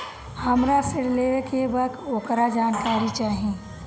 हमरा ऋण लेवे के बा वोकर जानकारी चाही